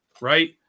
right